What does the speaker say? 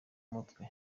mutwe